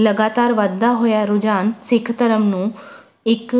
ਲਗਾਤਾਰ ਵੱਧਦਾ ਹੋਇਆ ਰੁਝਾਨ ਸਿੱਖ ਧਰਮ ਨੂੰ ਇੱਕ